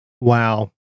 Wow